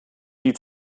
die